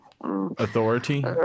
authority